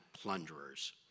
plunderers